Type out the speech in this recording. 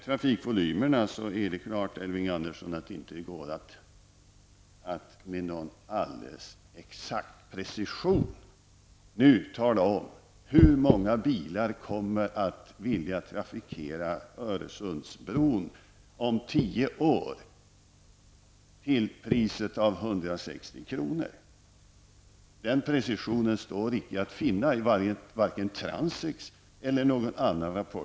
Självfallet går det inte, Elving Andersson, att med någon alldeles exakt precision nu tala om hur många bilar som kommer att vilja trafikera Öresundsbron om tio år till priset av 160 kr. Den precisionen står icke att finna vare sig i rapporten från Transek eller i någon annan rapport.